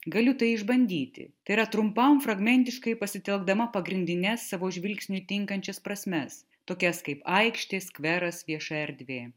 galiu tai išbandyti tai yra trumpam fragmentiškai pasitelkdama pagrindines savo žvilgsniui tinkančias prasmes tokias kaip aikštė skveras vieša erdvė